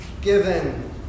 given